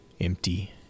empty